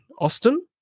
Austin